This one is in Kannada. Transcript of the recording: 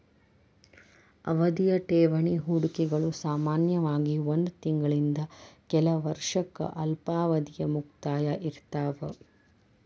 ಅವಧಿಯ ಠೇವಣಿ ಹೂಡಿಕೆಗಳು ಸಾಮಾನ್ಯವಾಗಿ ಒಂದ್ ತಿಂಗಳಿಂದ ಕೆಲ ವರ್ಷಕ್ಕ ಅಲ್ಪಾವಧಿಯ ಮುಕ್ತಾಯ ಇರ್ತಾವ